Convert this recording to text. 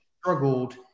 struggled